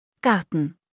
Garten